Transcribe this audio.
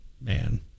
Man